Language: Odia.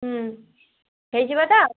ହୁଁ ହେଇଯିବ ତ